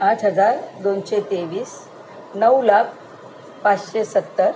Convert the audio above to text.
आठ हजार दोनशे तेवीस नऊ लाख पाचशे सत्तर